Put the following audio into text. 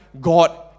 god